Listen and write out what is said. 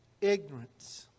ignorance